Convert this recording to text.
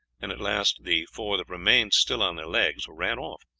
and at last the four that remained still on their legs ran off.